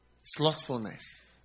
slothfulness